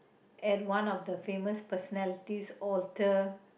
and one of the famous personalities alter